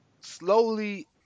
Slowly